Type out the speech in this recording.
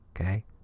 Okay